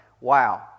wow